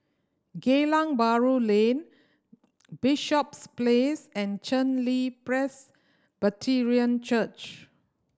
Geylang Bahru Lane Bishops Place and Chen Li Presbyterian Church